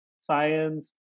science